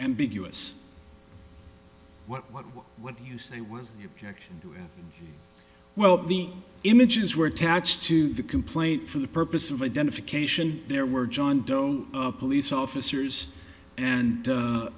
ambiguous what what what would you say was it jack well the images were attached to the complaint for the purpose of identification there were john doe police officers and